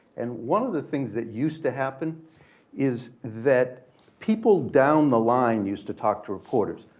and one of the things that used to happen is that people down the line used to talk to reporters,